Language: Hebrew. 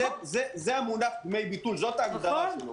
זה המונח דמי ביטול, זאת ההגדרה.